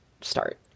start